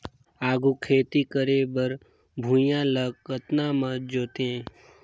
आघु खेती करे बर भुइयां ल कतना म जोतेयं?